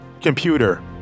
Computer